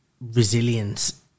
resilience